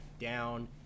down